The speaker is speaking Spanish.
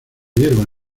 hierba